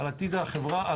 על עתיד העובדים,